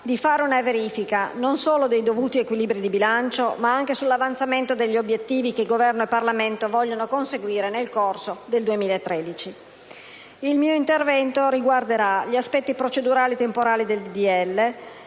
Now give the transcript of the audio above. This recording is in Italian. di fare una verifica, non solo sui dovuti equilibri di bilancio, ma anche sull'avanzamento degli obiettivi che Governo e Parlamento vogliono conseguire nel corso del 2013. Il mio intervento riguarderà gli aspetti procedurali e temporali del